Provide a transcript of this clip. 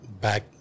back